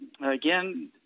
again